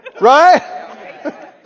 Right